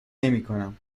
نمیکنم